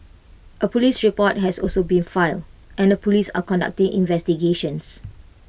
A Police report has also been filed and the Police are conducting investigations